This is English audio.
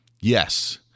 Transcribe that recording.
Yes